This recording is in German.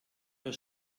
wir